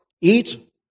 eat